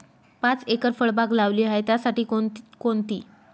पाच एकर फळबाग लावली आहे, त्यासाठी कोणकोणती खते वापरली पाहिजे?